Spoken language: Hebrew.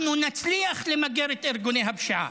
אנחנו נצליח למגר את ארגוני הפשיעה.